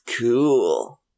cool